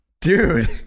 dude